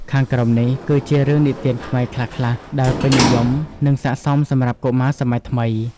ខាងក្រោមនេះ គឺជារឿងនិទានខ្មែរខ្លះៗ ដែលពេញនិយម និងស័ក្តិសមសម្រាប់កុមារសម័យថ្មី។